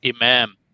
Imam